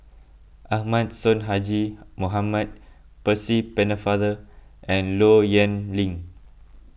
Ahmad Sonhadji Mohamad Percy Pennefather and Low Yen Ling